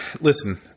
listen